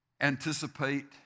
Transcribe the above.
anticipate